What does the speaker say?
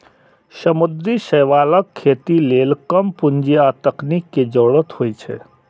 समुद्री शैवालक खेती लेल कम पूंजी आ तकनीक के जरूरत होइ छै